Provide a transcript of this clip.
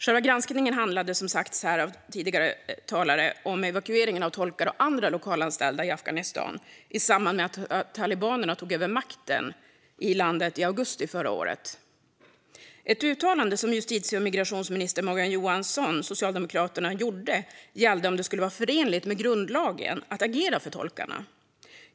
Själva granskningen handlade som sagt om evakueringen av tolkar och andra lokalanställda från Afghanistan i samband med att talibanerna tog över makten i landet i augusti förra året. Ett uttalande som justitie och migrationsminister Morgan Johansson, Socialdemokraterna, gjorde gällde om det skulle vara förenligt med grundlagen att agera för tolkarna.